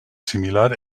similar